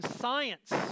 science